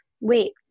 wait